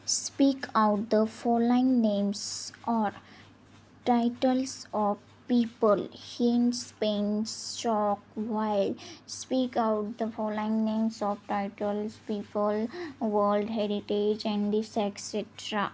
speak out the following names or titles of people hint penn shook white speak out the following names of titles people world heritage and the et cetera